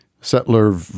settler